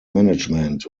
management